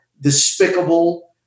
despicable